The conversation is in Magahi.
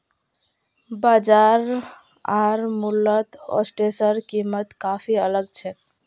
बाजार आर मॉलत ओट्सेर कीमत काफी अलग छेक